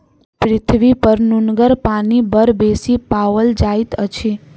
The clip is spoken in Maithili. पृथ्वीपर नुनगर पानि बड़ बेसी पाओल जाइत अछि